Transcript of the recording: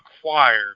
acquire